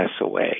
away